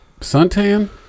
suntan